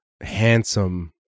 handsome